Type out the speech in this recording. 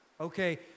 Okay